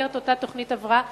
במסגרת אותה תוכנית הבראה,